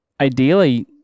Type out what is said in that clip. Ideally